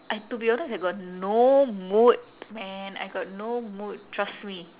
I to be honest I got no mood man I got no mood trust me